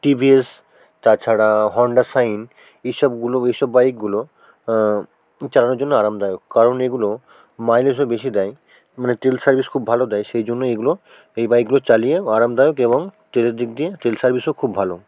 টি V S তাছাড়া Honda Shine এসবগুলো এসব বাইকগুলো চালানোর জন্য আরামদায়ক কারণ এগুলো মাইলেজও বেশি দেয় মানে তেল সার্ভিস খুব ভালো দেয় সেই জন্য এগুলো এই বাইকগুলো চালিয়েও আরামদায়ক এবং তেলের দিক দিয়ে তেল সার্ভিসও খুব ভালো